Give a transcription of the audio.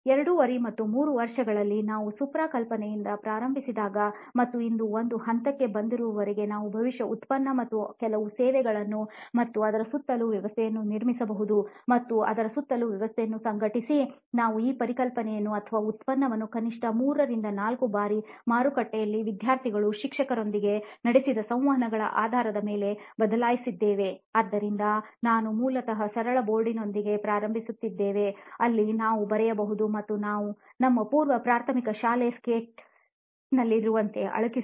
5 ಮತ್ತು 3 ವರ್ಷಗಳಲ್ಲಿ ನಾವು ಸುಪ್ರಾ ಕಲ್ಪನೆಯಿಂದ ಪ್ರಾರಂಭಿಸಿದಾಗ ಮತ್ತು ಇಂದು ನಾವು ಒಂದು ಹಂತಕ್ಕೆ ಬಂದಿರುವವರೆಗೆ ನಾವು ಬಹುಶಃ ಉತ್ಪನ್ನ ಮತ್ತು ಕೆಲವು ಸೇವೆಗಳನ್ನು ಮತ್ತು ಅದರ ಸುತ್ತಲೂ ವ್ಯವಸ್ಥೆಯನ್ನು ನಿರ್ಮಿಸಬಹುದು ಮತ್ತು ಅದರ ಸುತ್ತಲೂ ವ್ಯವಸ್ಥೆಯನ್ನು ಸಂಘಟಿಸಿ ನಾವು ಈ ಪರಿಕಲ್ಪನೆಯನ್ನು ಅಥವಾ ಉತ್ಪನ್ನವನ್ನು ಕನಿಷ್ಠ 3 ರಿಂದ 4 ಬಾರಿ ಮಾರುಕಟ್ಟೆಯಲ್ಲಿ ವಿದ್ಯಾರ್ಥಿಗಳು ಶಿಕ್ಷಕರೊಂದಿಗೆ ನಡೆಸಿದ ಸಂವಹನಗಳ ಆಧಾರದ ಮೇಲೆ ಬದಲಾಯಿಸಿದ್ದೇವೆ ಆದ್ದರಿಂದ ನಾವು ಮೂಲತಃ ಸರಳ ಬೋರ್ಡ್ನೊಂದಿಗೆ ಪ್ರಾರಂಭಿಸಿದ್ದೇವೆ ಅಲ್ಲಿ ನಾವು ಬರೆಯಬಹುದು ಮತ್ತು ನಮ್ಮ ಪೂರ್ವ ಪ್ರಾಥಮಿಕ ಶಾಲಾ ಸ್ಲೇಟ್ನಲ್ಲಿರುವಂತೆ ಅಳಿಸಬಹುದು